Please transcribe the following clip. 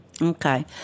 Okay